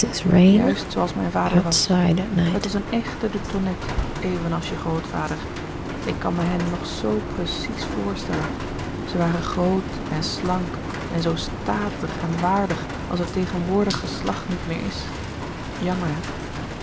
juist zooals mijn vader was het was een echte de tonnette evenals je grootvader ik kan mij hen nog zoo precies voorstellen zij waren groot en slank en zoo statig en waardig als het tegenwoordig geslacht niet meer is jammer